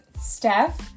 Steph